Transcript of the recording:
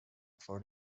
for